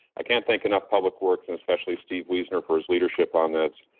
i can't thank enough public works and especially steve wiesner for his leadership on this.